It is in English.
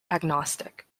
agnostic